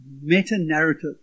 meta-narrative